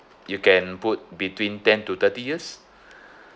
you can put between ten to thirty years